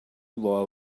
law